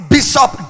Bishop